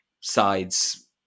sides